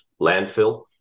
landfill